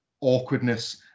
awkwardness